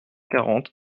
quarante